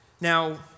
Now